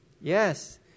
Yes